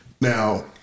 Now